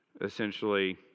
essentially